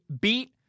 beat